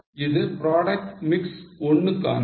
இது product mix 1 க்கானது